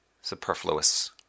superfluous